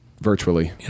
virtually